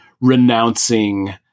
renouncing